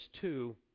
two